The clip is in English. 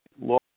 law